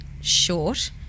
short